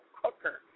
cooker